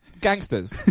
gangsters